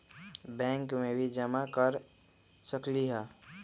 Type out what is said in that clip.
Bank में भी जमा कर सकलीहल?